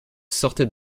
sortez